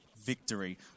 victory